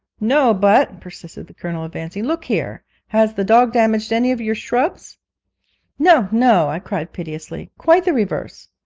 no, but persisted the colonel, advancing, look here! has the dog damaged any of your shrubs no, no i cried piteously, quite the reverse.